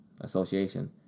Association